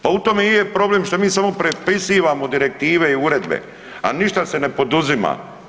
Pa u tome i je problem što mi samo prepisivamo direktive i uredbe, a ništa se ne poduzima.